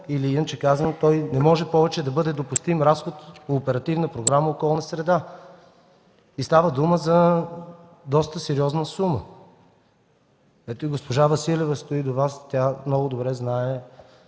или, иначе казано, той не може повече да бъде допустим разход по Оперативна програма „Околна среда”. Става дума за доста сериозна сума. Госпожа Василева стои до Вас, тя много добре знае